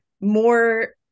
more